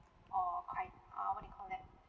or quite uh what do you call that